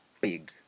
big